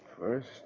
first